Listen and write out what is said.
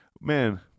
man